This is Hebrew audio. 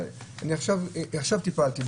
אני עכשיו טיפלתי,